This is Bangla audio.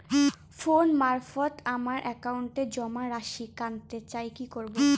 ফোন মারফত আমার একাউন্টে জমা রাশি কান্তে চাই কি করবো?